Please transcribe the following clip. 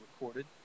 recorded